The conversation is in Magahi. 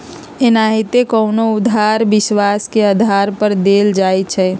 एनाहिते कोनो उधार विश्वास के आधार पर देल जाइ छइ